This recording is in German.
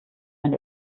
ein